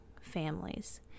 families